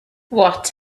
what